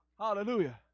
Hallelujah